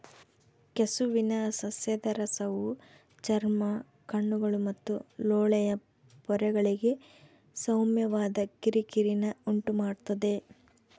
ಕೆಸುವಿನ ಸಸ್ಯದ ರಸವು ಚರ್ಮ ಕಣ್ಣುಗಳು ಮತ್ತು ಲೋಳೆಯ ಪೊರೆಗಳಿಗೆ ಸೌಮ್ಯವಾದ ಕಿರಿಕಿರಿನ ಉಂಟುಮಾಡ್ತದ